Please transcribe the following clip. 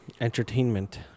Entertainment